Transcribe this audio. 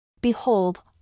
Behold